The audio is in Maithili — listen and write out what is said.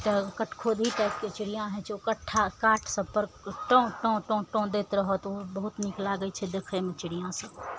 एकटा कटखोदी टाइपके चिड़ियाँ होइ छै ओ कठ्ठा काठ सभ तोड़य टोँ टोँ टोँ टोँ दैत रहत ओ बहुत नीक लागय छै देखयमे चिड़ियाँ सभ